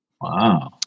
Wow